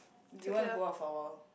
you want to go out for awhile